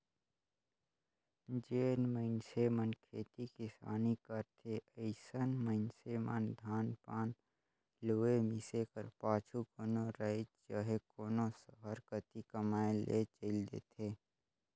जेन मइनसे मन खेती किसानी करथे अइसन मइनसे मन धान पान लुए, मिसे कर पाछू कोनो राएज चहे कोनो सहर कती कमाए ले चइल देथे